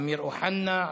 אמיר אוחנה,